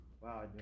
Wow